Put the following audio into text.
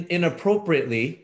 Inappropriately